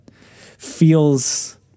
feels